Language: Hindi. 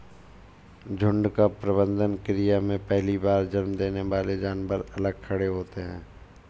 झुंड का प्रबंधन क्रिया में पहली बार जन्म देने वाले जानवर अलग खड़े होते हैं